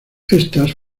estas